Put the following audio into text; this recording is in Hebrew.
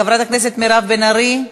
חברת הכנסת מירב בן ארי,